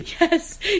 Yes